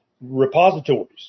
repositories